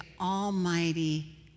Almighty